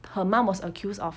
her mum was accused of